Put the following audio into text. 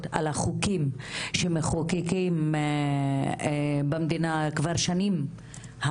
על החוקים שמחוקקים במדינה כבר שנים,